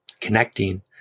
connecting